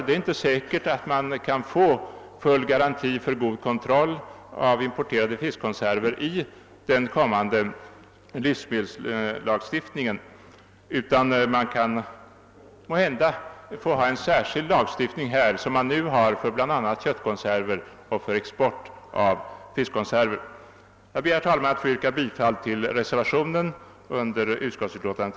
Det är inte säkert att man kan få full garanti för god kontroll av importerade fiskkonserver i den kommande livsmedelslagstiftningen. Måhända måste man ha en särskild lagstiftning, som man nu har bl.a. för köttkonserver och för export av fiskkonserver. Jag ber, herr talman, att få yrka bifall till reservationen vid utskottsutlåtandet.